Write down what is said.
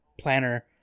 planner